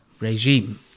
regime